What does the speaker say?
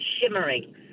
shimmering